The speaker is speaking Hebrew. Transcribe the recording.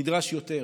נדרש יותר.